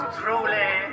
truly